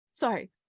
sorry